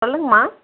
சொல்லுங்க அம்மா